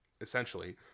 essentially